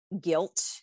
guilt